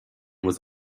was